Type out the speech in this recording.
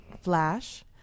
Flash